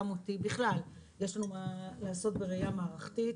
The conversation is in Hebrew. גם אותי ובכלל - יש לנו מה לעשות בראייה מערכתית.